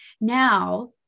Now